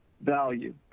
value